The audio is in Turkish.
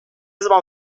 zaman